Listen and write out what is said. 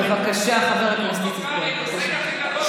בבקשה, חבר הכנסת איציק כהן.